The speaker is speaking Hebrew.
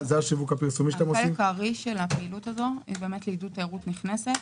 החלק הארי של הפעילות הזו היא לעידוד תיירות נכנסת.